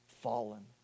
fallen